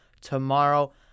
tomorrow